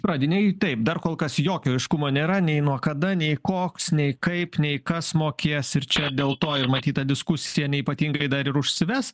radiniai taip dar kol kas jokio aiškumo nėra nei nuo kada nei koks nei kaip nei kas mokės ir čia dėl to ir matyt ta diskusija neypatingai dar ir užsives